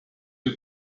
you